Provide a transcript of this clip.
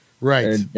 Right